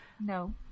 No